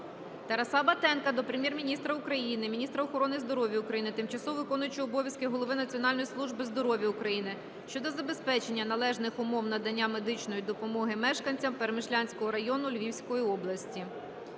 Тараса Батенка до Прем'єр-міністра України, міністра охорони здоров'я України, тимчасово виконуючого обов'язки Голови Національної служби здоров'я України щодо забезпечення належних умов надання медичної допомоги мешканцям Перемишлянського району Львівської області.